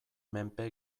menpe